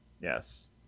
Yes